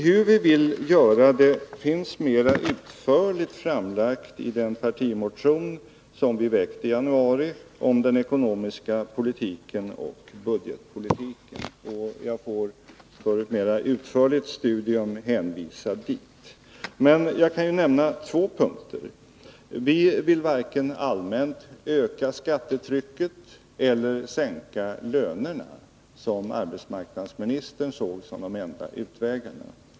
Hur vi vill finansiera en sådan politik är mera utförligt redovisat i den partimotion som vi väckte i januari om den ekonomiska politiken och budgetpolitiken, och jag får för ett mera ingående studium hänvisa dit. Men jag kan nämna två punkter. Vi vill varken allmänt öka skattetrycket eller sänka lönerna, som arbetsmarknadsministern såg som de enda utvägarna.